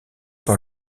par